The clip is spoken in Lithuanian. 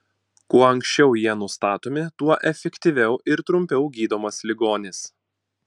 kuo anksčiau jie nustatomi tuo efektyviau ir trumpiau gydomas ligonis